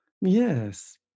Yes